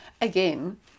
Again